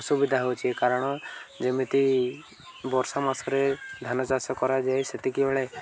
ଅସୁବିଧା ହେଉଛି କାରଣ ଯେମିତି ବର୍ଷା ମାସରେ ଧାନ ଚାଷ କରାଯାଏ ସେତିକିବେଳେ